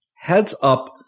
heads-up